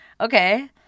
okay